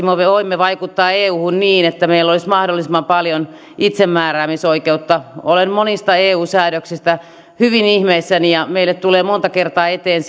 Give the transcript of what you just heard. me me voimme vaikuttaa euhun niin että meillä olisi mahdollisimman paljon itsemääräämisoikeutta olen monista eu säädöksistä hyvin ihmeissäni ja meille tulee monta kertaa eteen